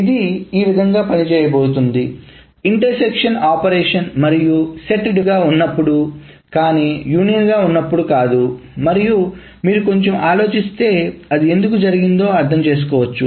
ఇది ఈ విధముగా పని చేయబోతోంది ఇంటర్ సెక్షన్ ఆపరేషన్ మరియు సెట్ డిఫరెన్స్ గా ఉన్నప్పుడు కానీ యూనియన్ గా ఉన్నప్పుడు కాదు మరియు మీరు కొంచెం ఆలోచిస్తే అది ఎందుకు జరిగిందో అర్థం చేసుకోవచ్చు